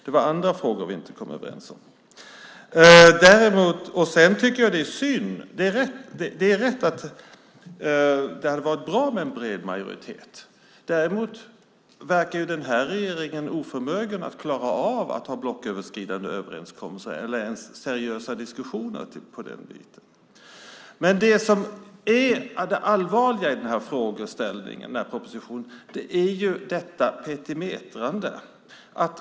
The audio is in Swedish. Det var andra frågor vi inte kom överens om. Det är riktigt att det hade varit bra med en bred majoritet. Den här regeringen verkar oförmögen att klara av att göra blocköverskridande överenskommelser eller ens föra seriösa diskussioner i den delen. Det allvarliga i den här propositionen är detta petimätrande.